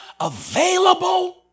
available